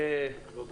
הצבעה נתקבלה.